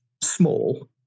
small